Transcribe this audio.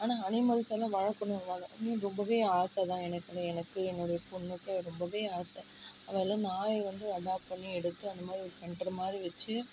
ஆனால் அனிமல்ஸ் எல்லாம் வளர்க்கணும்பாங்க ரொம்பவே ஆசை தான் எனக்கு எனக்கு என்னுடைய பொண்ணுக்கு ரொம்பவே ஆசை அவளும் நாய் வந்து அடாப்ட் பண்ணி எடுத்து அந்த மாதிரி ஒரு சென்டரு மாதிரி வச்சு